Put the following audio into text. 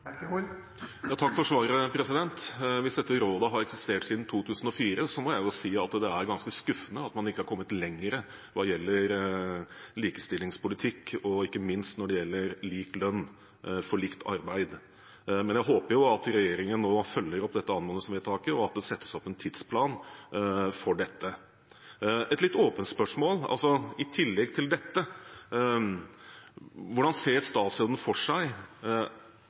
Takk for svaret. Hvis dette rådet har eksistert siden 2004, må jeg jo si at det er ganske skuffende at man ikke har kommet lenger hva gjelder likestillingspolitikk og ikke minst når det gjelder lik lønn for likt arbeid. Men jeg håper jo at regjeringen nå følger opp dette anmodningsvedtaket, og at det settes opp en tidsplan for dette. Et litt åpent spørsmål: I tillegg til dette, hva ser statsråden for seg